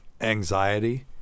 anxiety